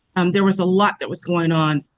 um there was a lot that was going on